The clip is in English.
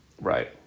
Right